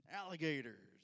alligators